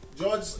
George